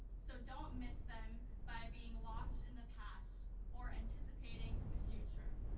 so, don't miss them by being lost in the past or anticipating the future.